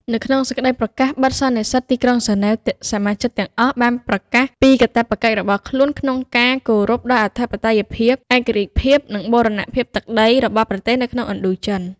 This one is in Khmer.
នៅក្នុងសេចក្តីប្រកាសបិទសន្និសីទីក្រុងហ្សឺណែវ សមាជិកទាំងអស់បានប្រកាសពីកាតព្វកិច្ចរបស់ខ្លួនក្នុងការ គោរពដល់អធិបតេយ្យភាព ឯករាជ្យភាព និងបូរណភាពទឹកដី របស់ប្រទេសនៅក្នុងឥណ្ឌូចិន។